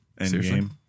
Endgame